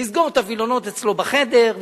יסגור את הווילונות אצלו בחדר,